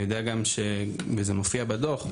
אני יודע גם, זה מופיע בדו"ח,